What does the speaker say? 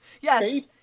yes